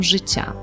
Życia